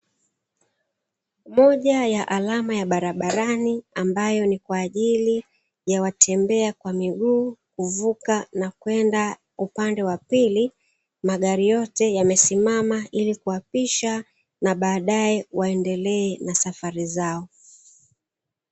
Moja ya alama ya barabarani ambayo ni kwaajili ya watembea kwa miguu, kuvuka na kwenda upande wa pili, magari yote yamesimama ili kuwapisha na baadae waendelee na safari zao.